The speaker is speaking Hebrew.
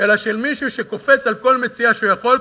אלא של מישהו שקופץ על כל מציאה שהוא יכול,